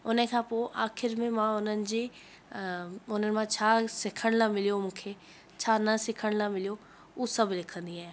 हुन खां पोइ आख़िर में मां उन्हनि जी उन्हनि मां छा सिखण लाइ मिलियो मूंखे छा न सिखण लाइ मिलियो मूंखे हू सभु लिखंदी आहियां